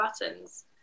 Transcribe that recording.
buttons